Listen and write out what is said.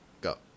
Go